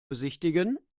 besichtigen